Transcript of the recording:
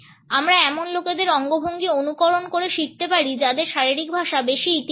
আমরা এমন লোকেদের অঙ্গভঙ্গি অনুকরণ করে শিখতে পারি যাদের শারীরিক ভাষা বেশি ইতিবাচক